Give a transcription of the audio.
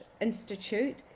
institute